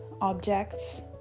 objects